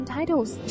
Titles 》